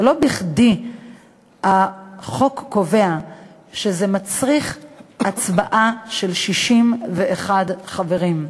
לא בכדי החוק קובע שזה מצריך הצבעה של 61 חברים,